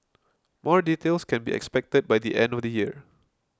more details can be expected by the end of the year